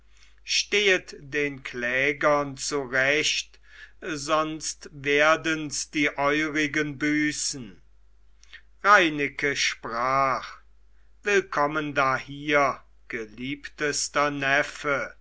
stehet den klägern zu recht sonst werdens die eurigen büßen reineke sprach willkommen dahier geliebtester neffe